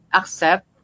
accept